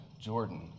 Jordan